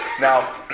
Now